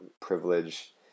privilege